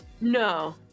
No